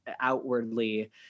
outwardly